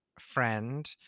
friend